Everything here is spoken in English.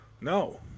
No